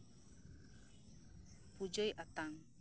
ᱯᱩᱡᱟᱹᱭ ᱟᱛᱟᱝ